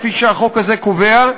כפי שהחוק הזה קובע,